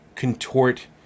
Contort